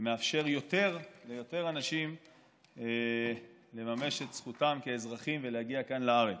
ומאפשר ליותר אנשים לממש את זכותם כאזרחים ולהגיע לכאן לארץ.